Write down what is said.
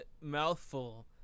mouthful